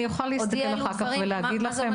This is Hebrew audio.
אני אוכל להסתכל אחר כך ולהגיד לכם.